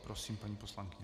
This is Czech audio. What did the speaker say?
Prosím, paní poslankyně.